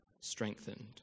strengthened